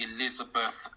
Elizabeth